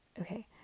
okay